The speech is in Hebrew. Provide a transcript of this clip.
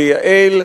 לייעל,